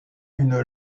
une